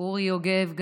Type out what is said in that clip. מוטי יוגב,